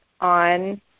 on